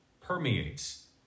permeates